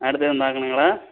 அடுத்து எதுவும் பார்க்கணுங்களா